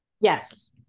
Yes